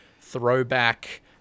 throwback